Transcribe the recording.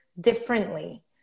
differently